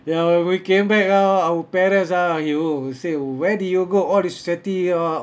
ya when we came back ah our parents ah !aiyo! say where did you go all this sweaty ah